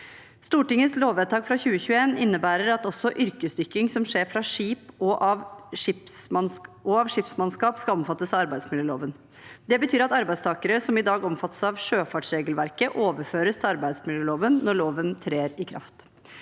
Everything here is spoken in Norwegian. Stortingets lovvedtak fra 2021 innebærer at også yrkesdykking som skjer fra skip og av skipsmannskap, skal omfattes av arbeidsmiljøloven. Det betyr at arbeidstakere som i dag omfattes av sjøfartsregelverket, overføres til arbeidsmiljøloven når loven trer i kraft.